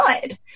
good